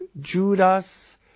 Judas